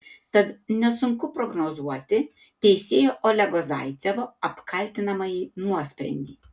tad nesunku prognozuoti teisėjo olego zaicevo apkaltinamąjį nuosprendį